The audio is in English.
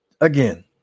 again